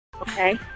Okay